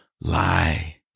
lie